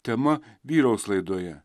tema vyraus laidoje